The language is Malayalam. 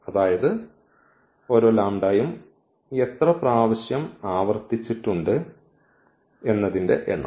അതായത് ഓരോ യും എത്ര പ്രാവശ്യം ആവർത്തിച്ചിട്ടുണ്ട് എന്നതിൻറെ എണ്ണം